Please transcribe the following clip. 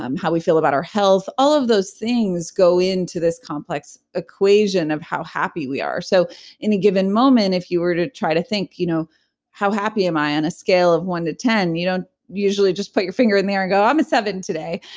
how we feel about our health, all of those things go into this complex equation of how happy we are. so any given moment, if you were to try to think, you know how happy am i, on a scale of one to ten, you don't usually just put your finger in there and go, i'm a seven today.